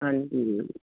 ਹਾਂਜੀ